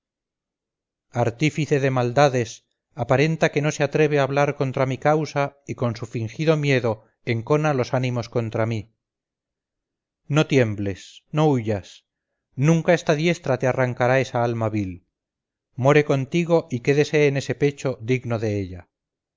artífice de maldades aparenta que no se atreve a hablar contra mi causa y con su fingido miedo encona los ánimos contra mí no tiembles no huyas nunca esta diestra te arrancará esa alma vil more contigo y quédese en ese pecho digno de ella